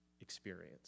experience